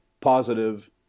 positive